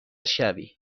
شوی